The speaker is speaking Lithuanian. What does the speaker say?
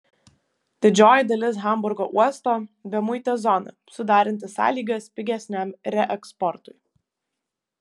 didžioji dalis hamburgo uosto bemuitė zona sudaranti sąlygas pigesniam reeksportui